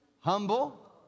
humble